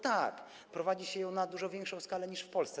Tak, prowadzi się ją na dużo większą skalę niż w Polsce.